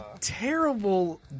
terrible